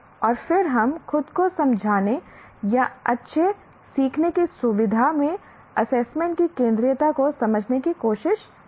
और फिर हम खुद को समझाने या अच्छे सीखने की सुविधा में एसेसमेंट की केंद्रीयता को समझने की कोशिश करते हैं